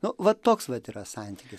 nu vat toks vat yra santykis